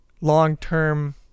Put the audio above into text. long-term